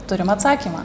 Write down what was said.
turim atsakymą